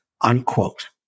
unquote